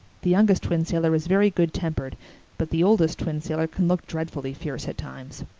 the youngest twin sailor is very good-tempered but the oldest twin sailor can look dreadfully fierce at times.